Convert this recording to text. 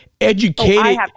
educated